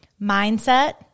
Mindset